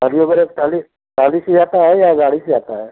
trolley trolley से ही आता है या गाड़ी से आता है